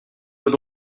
peut